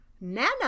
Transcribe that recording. Nana